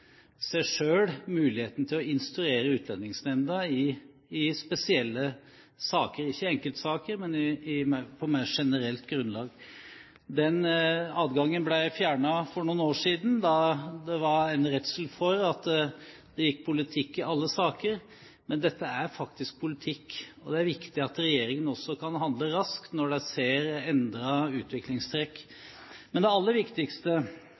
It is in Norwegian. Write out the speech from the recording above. seg selv muligheten til å instruere Utlendingsnemnda i spesielle saker – ikke enkeltsaker, men på mer generelt grunnlag. Den adgangen ble fjernet for noen år siden, da det var en redsel for at det gikk politikk i alle saker. Men dette er faktisk politikk, og det er viktig at regjeringen også kan handle raskt når de ser endrede utviklingstrekk. Men det aller viktigste